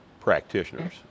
practitioners